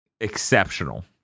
exceptional